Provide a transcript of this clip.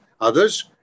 others